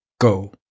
go